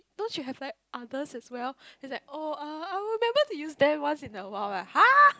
don't you have like others as well then she's like oh uh I will remember to use them once in a while lah !huh!